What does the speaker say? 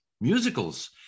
musicals